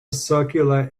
circular